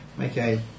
Okay